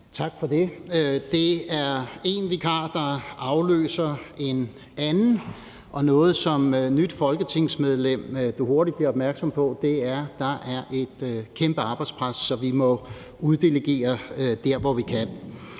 Tak for det. Det er én vikar, der afløser en anden, og noget, du som nyt folketingsmedlem hurtigt bliver opmærksom på, er, at der er et kæmpe arbejdspres, så vi må uddelegere, hvor vi kan.